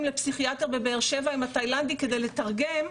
לפסיכיאטר בבאר שבע עם התאילנדי כדי לתרגם,